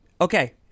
Okay